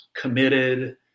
committed